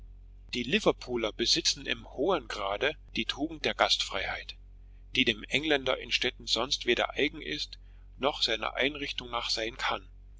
die liverpooler besitzen in hohem grade die tugend der gastfreiheit die dem engländer in städten sonst weder eigen ist noch seiner einrichtung nach sein kann